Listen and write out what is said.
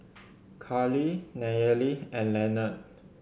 Karley Nayely and Leonard